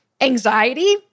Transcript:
anxiety